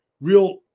real